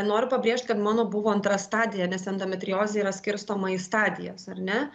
noriu pabrėžt kad mano buvo antra stadija nes endometriozė yra skirstoma į stadijas ar ne